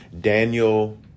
Daniel